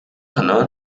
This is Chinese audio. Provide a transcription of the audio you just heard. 可能